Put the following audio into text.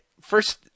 first